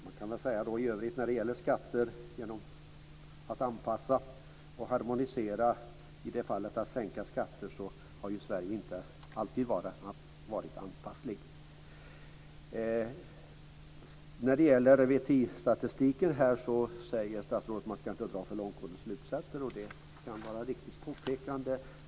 Man kan väl i övrigt säga att när det gäller att anpassa, harmonisera och sänka skatter har ju Sverige inte alltid varit så anpassligt. När det gäller VTI-statistiken säger statsrådet att man inte ska dra för långtgående slutsatser. Det kan vara ett riktigt påpekande.